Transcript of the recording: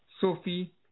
Sophie